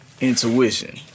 Intuition